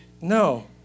No